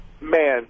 man